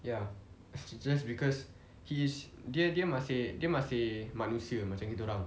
ya just because he's dia dia masih dia masih manusia macam kita orang